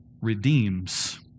redeems